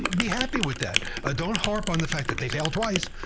be happy with that. ah don't harp on the fact that they failed twice.